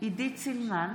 עידית סילמן,